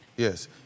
Yes